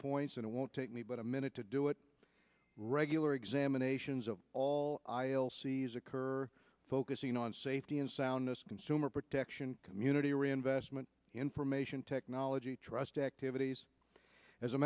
points and it won't take me but a minute to do it regular examinations of all cs occur focusing on safety and soundness consumer protection community reinvestment information technology trust activities as a